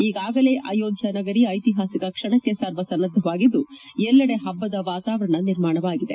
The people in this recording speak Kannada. ಈಗಾಗಲೇ ಅಯೋಧ್ಯ ನಗರಿ ಐತಿಹಾಸಿಕ ಕ್ಷಣಕ್ಕೆ ಸರ್ವಸನ್ನದ್ದವಾಗಿದ್ದು ಎಲ್ಲೆಡೆ ಪಬ್ಪದ ವಾತಾವರಣ ನಿರ್ಮಾಣವಾಗಿದೆ